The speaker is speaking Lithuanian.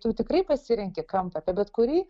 tu tikrai pasirenki kampą apie bet kurį